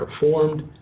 performed